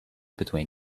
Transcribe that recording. between